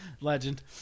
legend